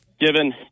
given